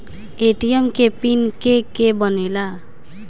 ATM के PIN के के बनेला?